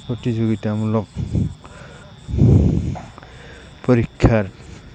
প্ৰতিযোগিতামূলক পৰীক্ষাৰ